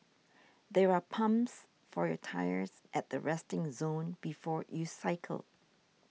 there are pumps for your tyres at the resting zone before you cycle